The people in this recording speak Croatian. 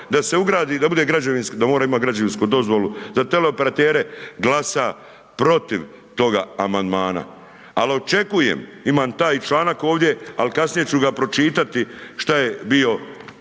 građevinski, da mora imati građevinsku dozvolu, za teleoperatere glasa protiv toga amandmana. Ali očekujem, imam taj članak ovdje, ali kasnije ću ga pročitati, što je bilo,